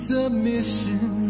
submission